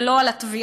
ולא על התביעה.